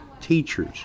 teachers